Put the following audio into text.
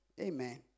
Amen